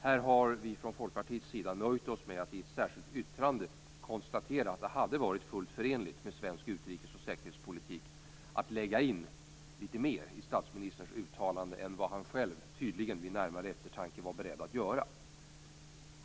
Här har vi från Folkpartiets sida nöjt oss med att i ett särskilt yttrande konstatera att det hade varit fullt förenligt med svensk utrikes och säkerhetspolitik att lägga in mycket mer i statsministerns uttalande än vad han själv tydligen vid närmare eftertanke var beredd att göra.